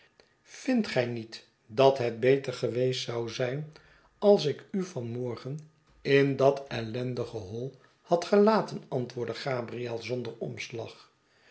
vindt gij niet dat het beter geweest zou zijn als ik u van morgen in dat ellendige hoi had gelaten antwoordde gabriel zonder omslag